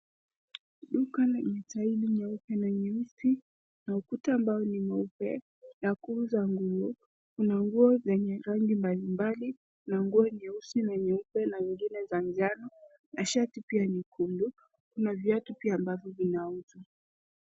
Duka lenye tairi nyeupe na nyeusi na ukuta ambao ni meupe ya kuuza nguo, kuna nguo zenye rangi mbalimbali na nguo nyeusi, nyeupe na zingine za njano na shati pia nyekundu, kuna viatu pia ambavyo vinauzwa.